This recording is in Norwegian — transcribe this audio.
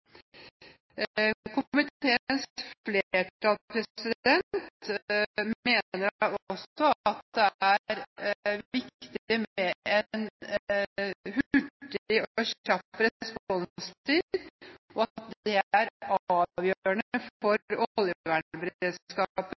mener også at det er viktig med en hurtig og kjapp responstid, at det er avgjørende for